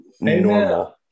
normal